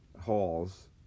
halls